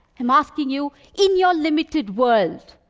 i'm asking you, in your limited world,